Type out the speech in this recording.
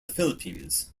philippines